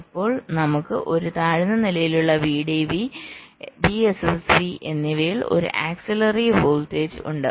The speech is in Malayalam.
ഇപ്പോൾ നമുക്ക് ഒരു താഴ്ന്ന നിലയിലുള്ള VDV VSSV എന്നിവയിൽ ഒരു ആക്സിലിയറി വോൾട്ടേജ് ഉണ്ട്